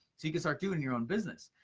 so you can start doing your own business.